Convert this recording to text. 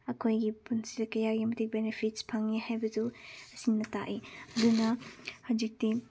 ꯑꯩꯈꯣꯏꯒꯤ ꯄꯨꯟꯁꯤꯗ ꯀꯌꯥꯒꯤ ꯃꯇꯤꯛ ꯕꯦꯟꯅꯤꯐꯤꯠꯁ ꯐꯪꯏ ꯍꯥꯏꯕꯗꯨ ꯑꯁꯤꯅ ꯇꯥꯛꯏ ꯑꯗꯨꯅ ꯍꯧꯖꯤꯛꯇꯤ